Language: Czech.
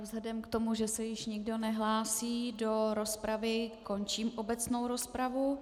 Vzhledem k tomu, že se již nikdo nehlásí do rozpravy, končím obecnou rozpravu.